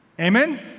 Amen